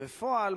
בפועל,